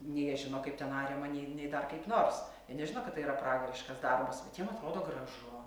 nei jie žino kaip ten ariama nei nei dar kaip nors jie nežino kad tai yra pragariškas darbas bet jiem atrodo gražu